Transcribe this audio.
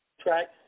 track